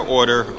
order